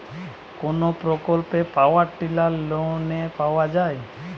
কোন প্রকল্পে power tiller লোনে পাওয়া য়ায়?